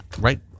Right